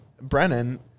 Brennan